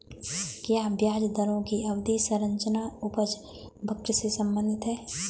क्या ब्याज दरों की अवधि संरचना उपज वक्र से संबंधित है?